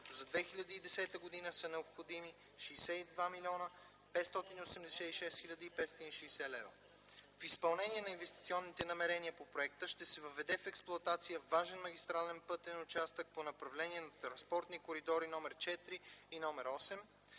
като за 2010 г. са необходими 62 млн. 586 хил. 560 лв. С изпълнение на инвестиционните намерения по проекта ще се въведе в експлоатация важен автомагистрален пътен участък по направление на транспорти Коридори № ІV и № VІІІ. Ще